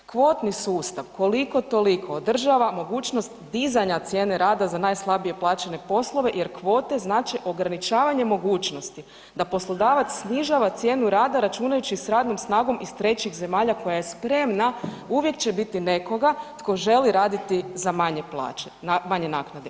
Kvotni sustav koliko toliko održava mogućnost dizanja cijene rada za najslabije plaćene poslove jer kvote znače ograničavanje mogućnosti da poslodavac snižava cijenu rada računajući s radnom snagom iz trećih zemalja koja je sprema, uvijek će biti nekoga tko želi raditi za manje plaće, manje naknade.